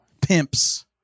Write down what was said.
pimps